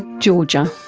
georgia.